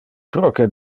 proque